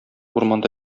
урманда